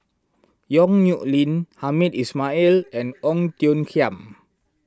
Yong Nyuk Lin Hamed Ismail and Ong Tiong Khiam